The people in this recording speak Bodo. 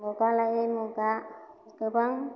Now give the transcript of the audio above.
मुगा लायै मुगा गोबां